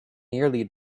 nearly